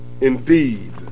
indeed